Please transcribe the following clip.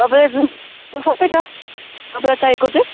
तपाईँलाई कुन सबै छ तपाईँलाई चाहिएको चाहिँ